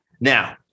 now